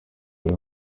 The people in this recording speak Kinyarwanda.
buri